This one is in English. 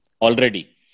already